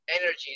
energy